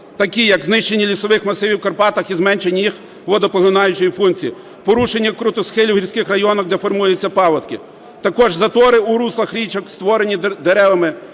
такі як знищення лісових масивів у Карпатах і зменшення їх водопоглинаючої функції, порушення крутосхилів у гірських районах, де формуються паводки, також затори у руслах річок, створені деревами,